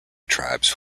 tribes